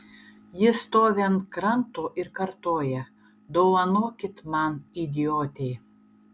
ji stovi ant kranto ir kartoja dovanokit man idiotei